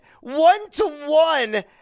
One-to-one